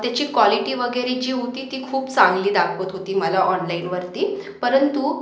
त्याची कॉलिटी वगैरे जी होती ती खूप चांगली दाखवत होती मला ऑनलाईनवरती परंतु